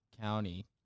county